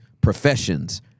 professions